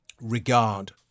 regard